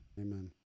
Amen